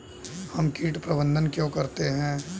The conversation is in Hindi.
हम कीट प्रबंधन क्यों करते हैं?